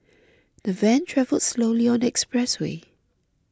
the van travelled slowly on the expressway